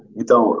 Então